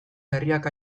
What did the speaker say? berriak